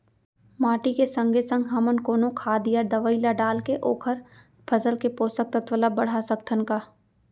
माटी के संगे संग हमन कोनो खाद या दवई ल डालके ओखर फसल के पोषकतत्त्व ल बढ़ा सकथन का?